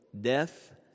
death